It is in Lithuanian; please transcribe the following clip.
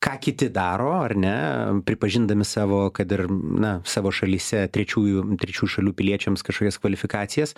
ką kiti daro ar ne pripažindami savo kad ir na savo šalyse trečiųjų trečiųjų šalių piliečiams kažkokias kvalifikacijas